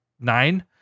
nine